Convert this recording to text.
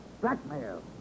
blackmail